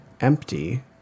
empty